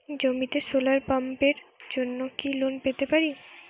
জমিতে সোলার পাম্পের জন্য কি লোন পেতে পারি?